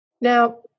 Now